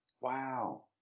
Wow